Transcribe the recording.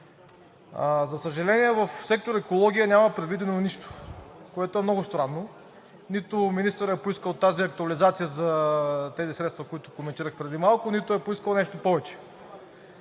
За съжаление, в сектор „Екология“ няма предвидено нищо, което е много странно. Нито министърът е поискал тази актуализация за средствата, които коментирах преди малко, нито е поискал нещо повече.